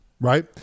right